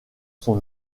son